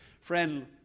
Friend